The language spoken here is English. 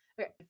Okay